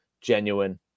genuine